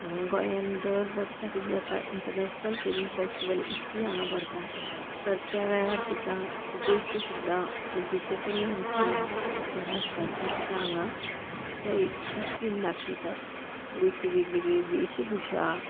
हांग गोंयान दर वर्सा किदं जाता इंटरनॅशनल फिल्म फेस्टीवल इफ्फी हांगा भरता तर त्या वेळार सुद्दां गोंयची सुद्दां जी कोंकणीन आमची पिक्चरां आसता तीं सुद्दां हांगा त्या इफ्फीन दाखयतात गोंयची वेगवेगळी वेशभुशा